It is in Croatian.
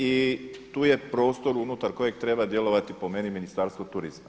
I tu je prostor unutar kojeg treba djelovati po meni Ministarstvo turizma.